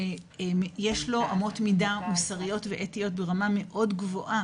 ויש לו אמות מידה מוסריות ואתיות ברמה מאוד גבוהה.